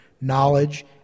knowledge